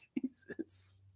Jesus